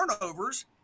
turnovers